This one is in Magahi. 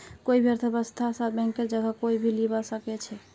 कोई भी अर्थव्यवस्थात बैंकेर जगह कोई नी लीबा सके छेक